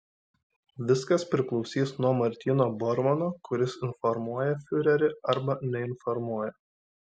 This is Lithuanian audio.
viskas priklausys nuo martyno bormano kuris informuoja fiurerį arba neinformuoja